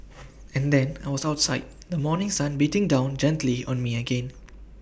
and then I was outside the morning sun beating down gently on me again